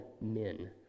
men